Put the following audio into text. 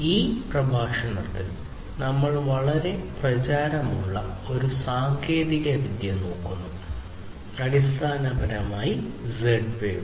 ഈ പ്രത്യേക പ്രഭാഷണത്തിൽ നമ്മൾ വളരെ പ്രചാരമുള്ള ഒരു സാങ്കേതികവിദ്യ നോക്കുന്നു അടിസ്ഥാനപരമായി Z വേവ്